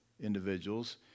individuals